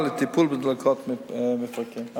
לטיפול בדלקות מפרקים.